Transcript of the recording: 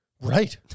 Right